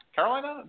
Carolina